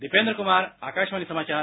दीपेन्द्र कुमार आकाशवाणी समाचार